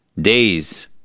days